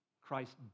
Christ